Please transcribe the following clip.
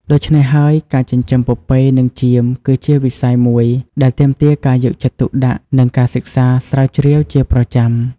ដូច្នេះហើយ ការចិញ្ចឹមពពែនិងចៀមគឺជាវិស័យមួយដែលទាមទារការយកចិត្តទុកដាក់និងការសិក្សាស្រាវជ្រាវជាប្រចាំ។